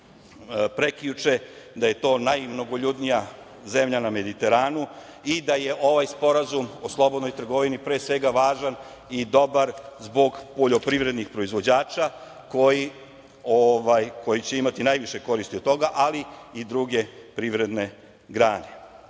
prekjuče, da je to najmnogoljudnija zemlja na Mediteranu i da je ovaj sporazum o slobodnoj trgovini pre svega važan i dobar zbog poljoprivrednih proizvođača, koji će imati najviše koristi od toga, ali i druge privredne